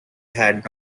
had